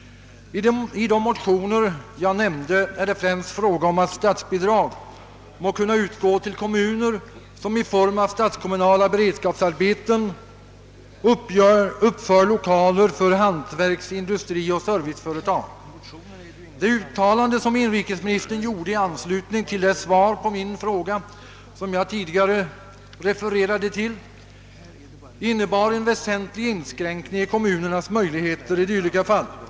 I de motioner jag nämnde framhålles att statsbidrag må kunna utgå till kommuner vilka såsom kommunalt beredskapsarbete uppför lokaler för hantverks-, industrioch serviceföretag. Det uttalande som inrikesministern gjorde i anslutning till svaret på min fråga, som jag tidigare refererade till, innebar en väsentlig inskränkning av kommunernas möjligheter i dylika fall.